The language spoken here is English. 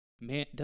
man